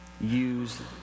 use